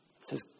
says